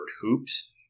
hoops